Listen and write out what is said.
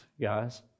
guys